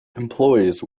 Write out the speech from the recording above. employees